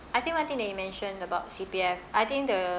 I think one thing that you mentioned about C_P_F I think the